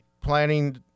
planning